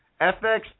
FX